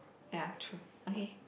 ya true okay